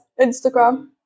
Instagram